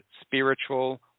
spiritual